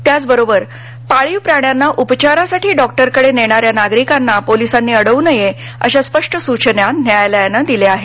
त्याचबरोबर पाळीव प्राण्यांना उपचारासाठी डॉक्टरांकडे नेणाऱ्या नागरिकांना पोलिसांनी अडवू नये अशा स्पष्ट सूचना न्यायालयानं दिल्या आहेत